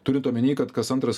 turint omeny kad kas antras